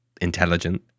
intelligent